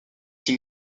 une